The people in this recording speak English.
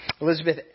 Elizabeth